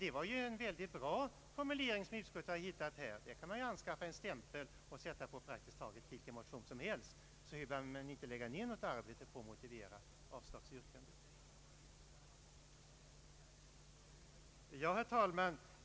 Det är alltså en mycket bra formulering som utskottet har hittat på denna punkt — man kan ju skaffa en stämpel med formuleringen och sätta den på praktiskt taget vilken motion som helst, så behöver man inte lägga ned arbete på att motivera sina avslagsyrkanden. Herr talman!